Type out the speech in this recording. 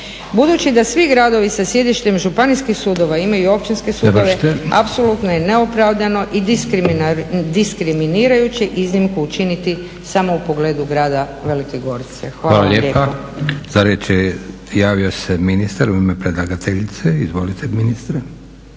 budući da svi gradovi sa sjedištem županijskih sudova imaju i općinske sudove … …/Upadica: Završite./… … apsolutno je neopravdano i diskriminirajuće iznimku učiniti samo u pogledu grada Velike Gorice. Hvala lijepa. **Leko, Josip (SDP)** Hvala lijepa. Za riječ je javio se ministar u ime predlagateljice. Izvolite ministre.